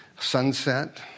sunset